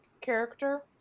character